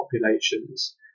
populations